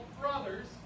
brothers